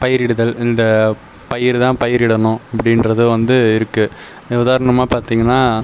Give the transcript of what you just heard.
பயிரிடுதல் இந்த பயிர் தான் பயிரிடணும் அப்படிங்றது வந்து இருக்குது உதாரணமாக பார்த்தீங்கன்னா